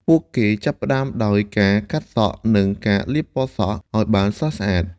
ពួកគេចាប់ផ្ដើមដោយ ការកាត់សក់ និង ការលាបពណ៌សក់ ឱ្យបានស្រស់ស្អាត។